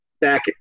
back